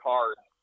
Cards